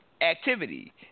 activity